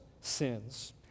sins